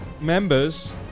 members